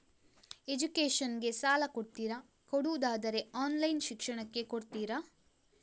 Education ಗೆ ಸಾಲ ಕೊಡ್ತೀರಾ, ಕೊಡುವುದಾದರೆ ಆನ್ಲೈನ್ ಶಿಕ್ಷಣಕ್ಕೆ ಕೊಡ್ತೀರಾ?